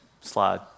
slide